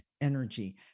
energy